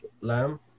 lamb